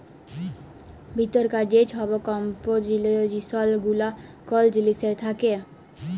ভিতরকার যে ছব কম্পজিসল গুলা কল জিলিসের থ্যাকে